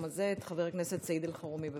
1537, 1580, 2027, 2041, 2102